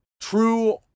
True